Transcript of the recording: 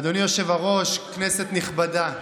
אדוני היושב-ראש, כנסת נכבדה,